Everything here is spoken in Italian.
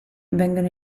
vengono